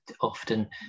often